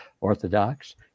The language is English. orthodox